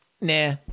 Nah